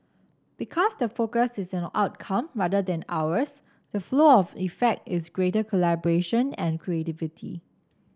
because the focus is on outcome rather than hours the flow on effect is greater collaboration and creativity